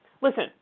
Listen